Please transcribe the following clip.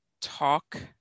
talk